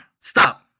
Stop